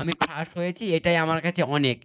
আমি ফার্স্ট হয়েছি এটাই আমার কাছে অনেক